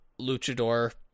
luchador